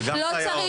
וגם סייעות.